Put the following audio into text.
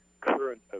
current